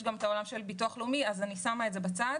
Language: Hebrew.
יש גם את העולם של הביטוח הלאומי אז אני שמה את זה בצד.